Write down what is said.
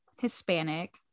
hispanic